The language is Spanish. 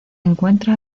encuentra